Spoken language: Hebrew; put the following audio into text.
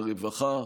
משרד הרווחה,